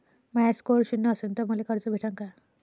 माया score शून्य असन तर मले कर्ज भेटन का?